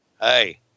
Hey